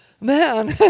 man